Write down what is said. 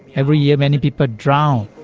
every year many people drown.